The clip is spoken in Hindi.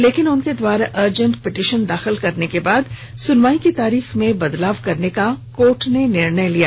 लेकिन उनके द्वारा अरजेंट पिटीशन दाखिल कर्रन के बाद सुनवाई की तारीख में बदलाव करने का कोर्ट ने निर्णय लिया